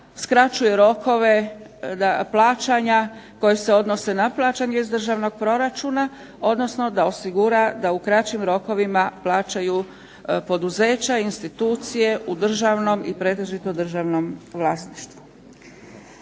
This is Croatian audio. skraćuje rokove plaćanja koje se odnose na plaćanje iz Državnog proračuna, odnosno da osigura da u kraćim rokovima plaćaju poduzeća, institucije u državnom i pretežito državnom vlasništvu.